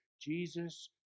Jesus